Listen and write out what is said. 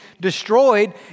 destroyed